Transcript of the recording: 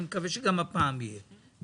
אני מקווה שגם הפעם יהיה.